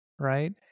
right